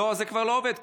לא, זה כבר לא עובד.